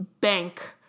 bank